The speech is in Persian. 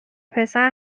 پسر